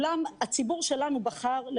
הציבור שלנו בחר גם